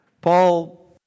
Paul